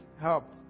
help